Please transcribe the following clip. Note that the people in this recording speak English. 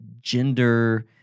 gender